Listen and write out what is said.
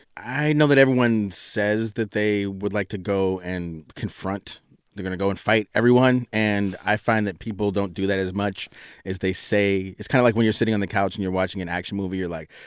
i know that everyone says that they would like to go and confront they're going to go and fight everyone. and i find that people don't do that as much as they say. it's kind of like when you're sitting on the couch and you're watching an action movie, you're like,